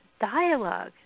dialogue